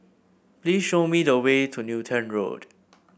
please show me the way to Newton Road